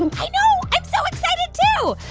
and i know. i'm so excited, too.